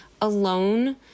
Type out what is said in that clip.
alone